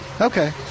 Okay